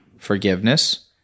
forgiveness